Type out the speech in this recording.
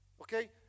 Okay